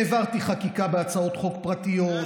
העברתי חקיקה בהצעות חוק פרטיות.